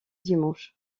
dimanches